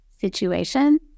situation